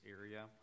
area